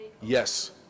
yes